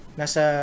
nasa